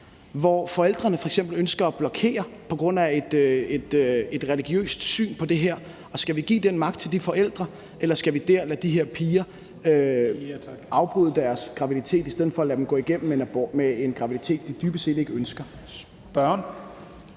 hvor forældrene f.eks. ønsker at blokere for det på grund af et religiøst syn på det der. Og skal vi give den magt til de forældre, eller skal vi dér lade de her piger afbryde deres graviditet i stedet for at lade dem gå igennem en graviditet, de dybest set ikke ønsker?